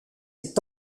est